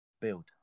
Build